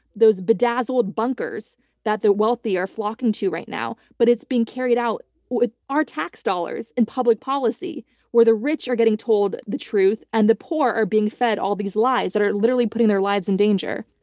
those bedazzled bunkers that the wealthy are flocking to right now. but it's being carried out with our tax dollars in public policy where the rich are getting told the truth and the poor are being fed all these lies that are literally putting their lives in danger.